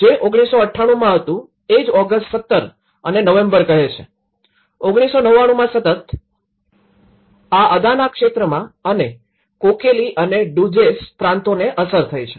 જે ૧૯૯૮માં હતું એ જ ઓગસ્ટ 17 અને નવેમ્બર કહે છે ૧૯૯૯માં સતત આ અદાના ક્ષેત્રમાં અને કોકેલીઅને ડુઝેસપ્રાંતોને અસર થઈ છે